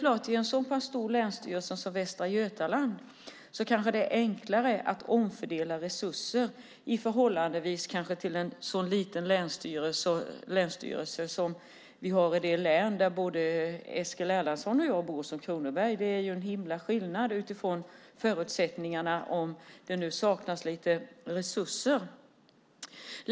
I en så pass stor länsstyrelse som Västra Götalands är det förstås enklare att omfördela resurser i förhållande till i en så liten länsstyrelse som vi har i det län där både Eskil Erlandsson och jag bor, Kronoberg. Det är en himla skillnad i förutsättningarna om det saknas lite resurser.